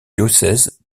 diocèse